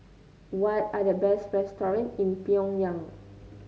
what are the best restaurants in Pyongyang